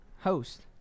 Host